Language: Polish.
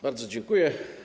Bardzo dziękuję.